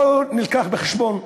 לא מובא בחשבון,